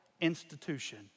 institution